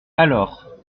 alors